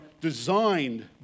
designed